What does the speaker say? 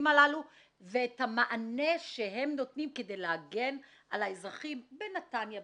הללו ואת המענה שהם נותנים כדי להגן על האזרחים בנתניה,